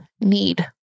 need